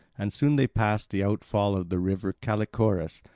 and soon they passed the outfall of the river callichorus,